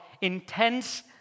intense